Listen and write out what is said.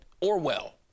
Orwell